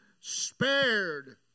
spared